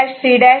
D0 A'B'C'D